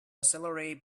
accelerate